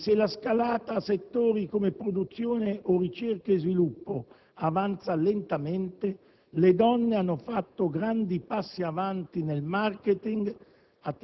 E se la scalata a settori come produzione o ricerca e sviluppo avanza lentamente, le donne hanno fatto grandi passi avanti nel *marketing*,